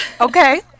Okay